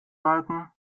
balken